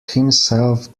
himself